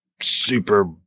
super